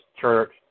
church